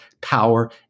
power